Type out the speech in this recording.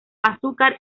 azúcar